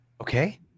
Okay